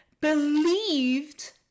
believed